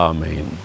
Amen